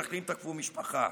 מתנחלים תקפו משפחה,